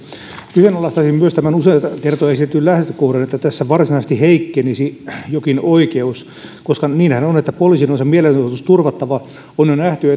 kyseenalaistaisin myös tämän useita kertoja esitetyn lähtökohdan että tässä varsinaisesti heikkenisi jokin oikeus koska niinhän on että poliisin on se mielenosoitus turvattava onhan nähty